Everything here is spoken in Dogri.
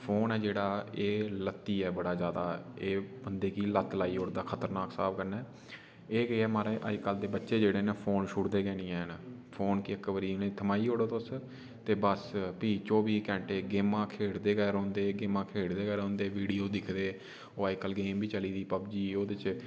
फोन ऐ जेह्ड़ा एह् लती ऐ बड़ा जादा एह् बंदे गी लत लाई ओड़दा खतरनाक स्हाब कन्नै एह् केह् ऐ म्हाराज अज्ज कल दे बच्चे जेह्ड़े न फोन छुड़दे गै निं हैन फोन गी इक बारी थमाई ओड़ो तुस ते बस भी चौबी घैंटे गेमां खेढ़दे गै रौहंदे गेमां खेढ़दे गै रौहंदे वीडियो दिक्खदे ओह् अज्जकल गेम बी चली दी पब जी ओह्दे च